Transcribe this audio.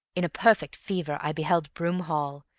in a perfect fever i beheld broom hall,